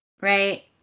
Right